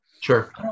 Sure